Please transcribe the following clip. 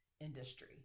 industry